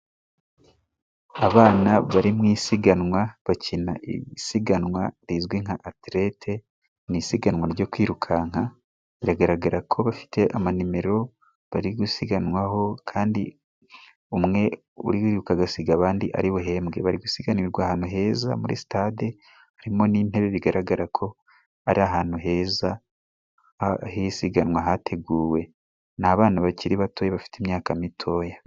Abana bari mu isiganwa bakina isiganwa rizwi nka atelete ,ni isiganwa ryo kwirukanka biragaragarako bafite amanimero bari gusiganwaho kandi umwe uriruka agasiga abandi ari buhembwe, bari gusiganirwa ahantu heza muri sitade harimo n'intebe bigaragarako ari ahantu heza h'isiganwa hateguwe, ni abana bakiri bato bafite imyaka mitoya.